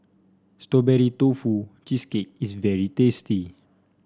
Strawberry Tofu Cheesecake is very tasty